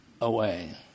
away